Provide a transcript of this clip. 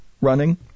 running